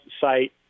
site